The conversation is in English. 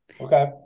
Okay